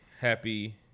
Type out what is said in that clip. happy